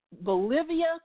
Bolivia